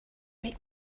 wake